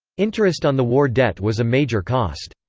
interest on the war debt was a major cost.